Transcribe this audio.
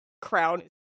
crown